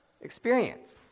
experience